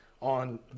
on